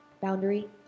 Boundary